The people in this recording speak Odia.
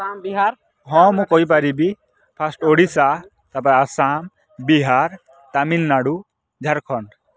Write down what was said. ନାମ୍ ବିହାର୍ ହଁ ମୁଁ କହିପାରିବି ଫାଷ୍ଟ୍ ଓଡ଼ିଶା ତା'ପରେ ଆସାମ ବିହାର ତମିଲନାଡ଼ୁ ଝାଡ଼ଖଣ୍ଡ